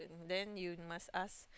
then you must ask